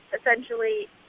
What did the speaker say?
essentially